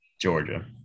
Georgia